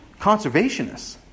conservationists